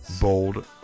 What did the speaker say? Bold